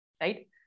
right